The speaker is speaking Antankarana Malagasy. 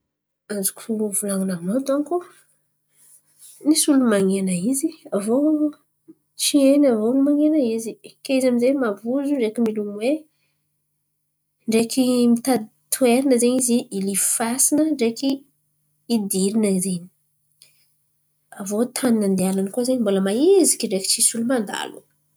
Azoko honon̈o hivolan̈a aminô dônko, misy olo man̈ena izy. Avô tsy hainy avô man̈ena izy, kay izy amijay mavozo, ndreky milomay, ndreky mitady toeran̈a zen̈y izy hilifasan̈a ndreky hidiran̈a zen̈y. Avô tan̈y nanihanany koa zen̈y mbala mahiziky ndreky tsy olo mandalo.